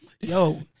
Yo